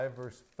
verse